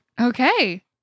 Okay